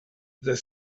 the